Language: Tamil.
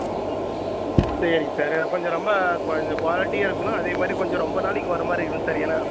சரிங்க சார் கொஞ்சம் ரொம்ப கொஞ்சம் குவாலிட்டியாக இருக்கணும் அதேமாதிரி கொஞ்சம் ரொம்ப நாளைக்கு வரமாதிரி இருக்கணும் சார் ஏனால்